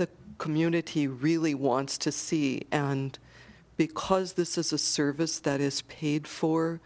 the community really wants to see and because this is a service that is paid for